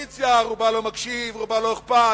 הקואליציה, רובה לא מקשיב, לרובה לא אכפת.